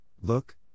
look